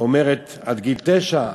אומרת עד גיל תשע,